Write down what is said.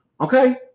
Okay